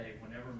whenever